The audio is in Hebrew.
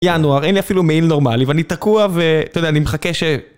ינואר, אין לי אפילו מעיל נורמלי ואני תקוע ואתה יודע, אני מחכה ש...